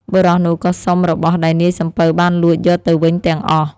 បុរសនោះក៏សុំរបស់ដែលនាយសំពៅបានលួចយកទៅវិញទាំងអស់។